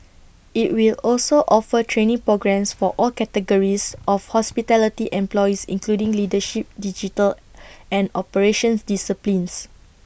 IT will also offer training programmes for all categories of hospitality employees including leadership digital and operations disciplines